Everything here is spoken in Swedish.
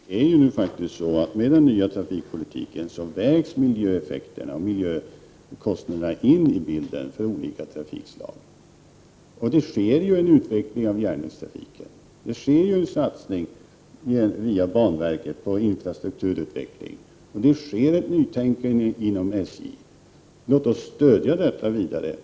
Herr talman! I och med den nya trafikpolitiken vägs miljöeffekter och miljökostnader in i bilden för olika trafikslag. En utveckling är på gång när det gäller järnvägstrafiken. Via banverket satsar man på infrastrukturutvecklingen. Vidare finns det ett nytänkande inom SJ. Låt oss stödja detta!